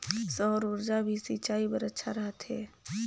सौर ऊर्जा भी सिंचाई बर अच्छा रहथे?